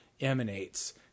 emanates